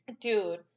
dude